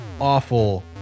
awful